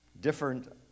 different